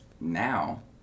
Now